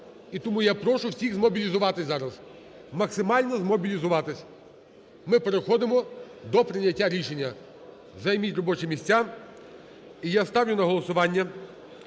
І тому я прошу всіх змобілізуватись зараз, максимально змобілізуватись. Ми переходимо до прийняття рішення. Займіть робочі місця. І я ставлю на голосування